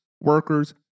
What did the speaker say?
workers